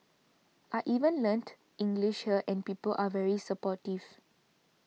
I even learnt English here and people are very supportive